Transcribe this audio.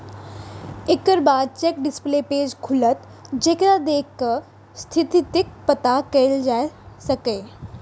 एकर बाद check display page खुलत, जेकरा देखि कें स्थितिक पता कैल जा सकैए